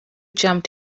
jumped